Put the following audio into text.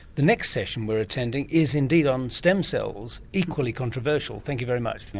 the next session we are attending is indeed on stem cells, equally controversial thank you very much. yeah